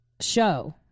show